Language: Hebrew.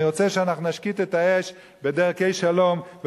אני רוצה שאנחנו נשקיט את האש בדרכי שלום,